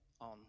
on